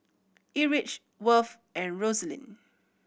Erich Worth and Roselyn